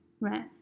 right